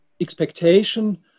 expectation